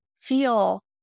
feel